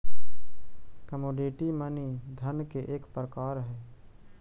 commodity money धन के एक प्रकार हई